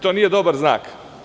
To nije dobar znak.